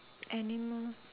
animal